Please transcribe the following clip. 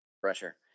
Pressure